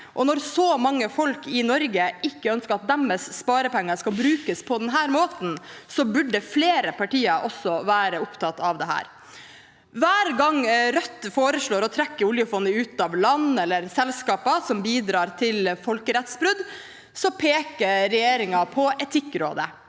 når så mange folk i Norge ikke ønsker at deres sparepenger skal brukes på denne måten, burde flere partier også være opptatt av dette. Hver gang Rødt foreslår å trekke oljefondet ut av land eller selskaper som bidrar til folkerettsbrudd, peker regjeringen på Etikkrådet.